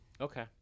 Okay